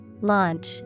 Launch